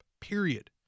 period